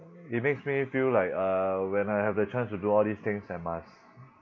it makes me feel like uh when I have the chance to do all these things I must